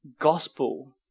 gospel